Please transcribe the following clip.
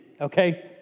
okay